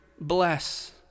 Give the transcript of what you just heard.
bless